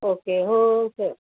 okay हो चल